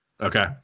Okay